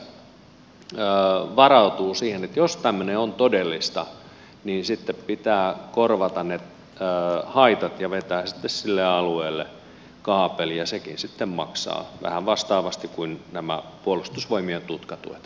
siinä kohtaa pitäisi varautua siihen että jos tämmöinen on todellista niin sitten pitää korvata ne haitat ja vetää sille alueelle kaapeli ja sekin sitten maksaa vähän vastaavasti kuin nämä puolustusvoimien tutkatuet